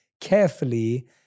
carefully